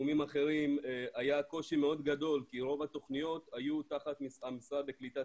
בתחומים אחרים היה קושי מאוד גדול כי רוב התוכניות היו תחת המשרד לקליטת